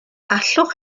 allwch